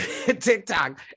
TikTok